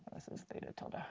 this is theta tilde. ah